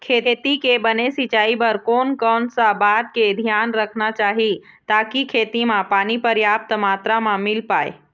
खेती के बने सिचाई बर कोन कौन सा बात के धियान रखना चाही ताकि खेती मा पानी पर्याप्त मात्रा मा मिल पाए?